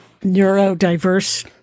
neurodiverse